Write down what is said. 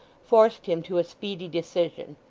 forced him to a speedy decision.